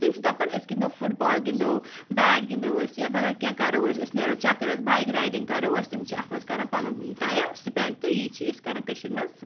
تِم چھِ دَپان أسۍ گِنٛدو فُٹ بال گِنٛدو بیٹ گِنٛدو أسۍ یا بَڑٕ کینٛہہ کَرو أسۍ أسۍ نیرو چَکر ٲسۍ بایک رایڈِنٛگ کَرو أسۍ تِم چھِ اَتھ منٛز کَرَن پَنُن ٹایم سپؠنٛڈ تہٕ یہِ چھِ أسۍ کَرَان کٔشیٖرِ منٛز